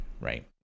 Right